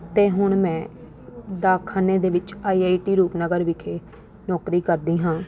ਅਤੇ ਹੁਣ ਮੈਂ ਡਾਕਖਾਨੇ ਦੇ ਵਿੱਚ ਆਈ ਆਈ ਟੀ ਰੂਪਨਗਰ ਵਿਖੇ ਨੌਕਰੀ ਕਰਦੀ ਹਾਂ